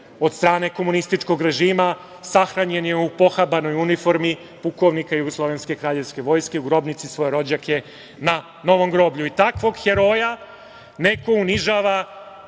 od strane komunističkog režima. Sahranjen je u pohabanoj uniformi pukovnika Jugoslovenske kraljevske vojske u grobnici svoje rođake na Novom groblju. I takvog heroja neko unižava,